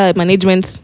management